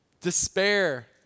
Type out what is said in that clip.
despair